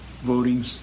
voting